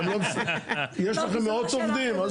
אתם לא, יש לכם מאות עובדים?